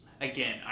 again